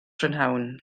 prynhawn